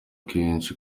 kenshi